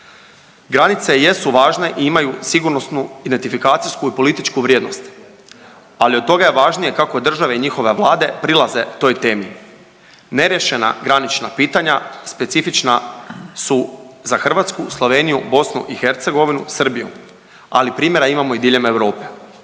Granice jesu važne i imaju sigurnosnu identifikacijsku i političku vrijednost, ali od toga je važnije kako države i njihove vlade prilaze toj temi. Neriješena granična pitanja specifična su za Hrvatsku, Sloveniju, BiH, Srbiju, ali primjera imamo i diljem Europe.